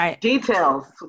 details